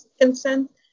Consent